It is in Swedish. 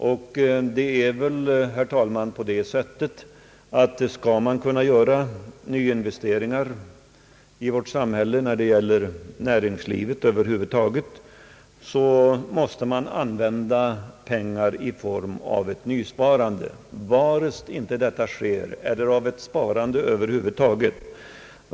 Och, herr talman, om man skall kunna göra nyinvesteringar i vårt samhälle, inom näringslivet och över huvud taget, måste man använda pengar från såväl nysparande som sparande över huvud taget.